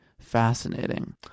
fascinating